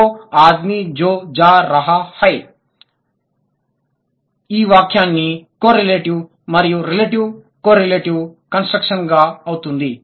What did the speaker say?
వో ఆద్మి జో జా రాహా హై అక్కడ వెళుతున్నది ఒ మనిషి ఈ వాఖ్యాన్ని కో రెలెటివ్ మరియు రెలెటివ్ కో రెలెటివ్ కన్స్ట్రక్షన్ గా అవుతుంది